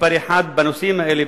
מספר אחת בנושאים האלה,